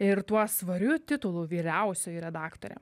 ir tuo svariu titulu vyriausioji redaktorė